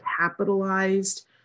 capitalized